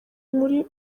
muri